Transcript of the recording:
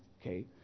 Okay